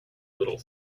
little